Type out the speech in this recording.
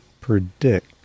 predict